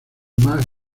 más